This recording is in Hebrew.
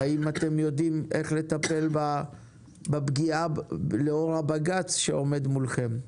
האם אתם יודעים איך לטפל בפגיעה לאור העתירה לבג"ץ שעומדת מולכם?